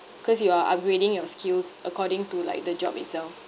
cause you are upgrading your skills according to like the job itself